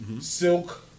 Silk